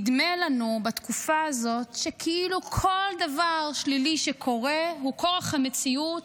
נדמה לנו בתקופה הזאת שכאילו כל דבר שלילי שקורה הוא כורח המציאות,